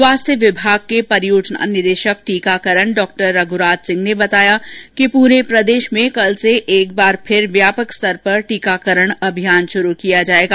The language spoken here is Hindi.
स्वास्थ्य विभाग के परियोजना निदेशक टीकाकारण डॉ रघ्राज सिंह ने बताया कि पूरे प्रदेश में कल से एक बार फिर व्यापक स्तर पर टीकाकरण अभियान शुरू किया जायेगा